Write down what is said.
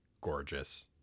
gorgeous